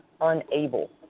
unable